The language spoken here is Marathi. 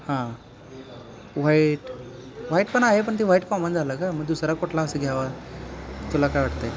हां व्हाईट व्हाईट पण आहे पण ते व्हाईट कॉमन झालं गं मग दुसरा कुठला असं घ्यावं तुला काय वाटतं आहे